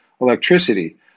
electricity